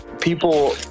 people